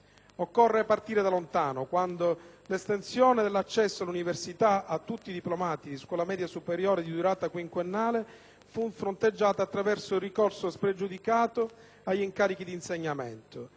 infatti partire da lontano, quando l'estensione dell'accesso all'università a tutti i diplomati di scuola media superiore di durata quinquennale (1969) fu fronteggiata attraverso il ricorso spregiudicato agli incarichi di insegnamento.